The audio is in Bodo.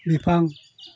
बिफां